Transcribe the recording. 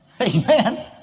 Amen